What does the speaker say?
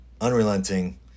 unrelenting